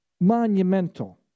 Monumental